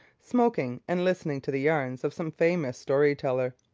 smoking and listening to the yarns of some famous story-teller.